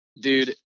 Dude